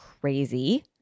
crazy